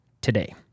today